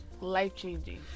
life-changing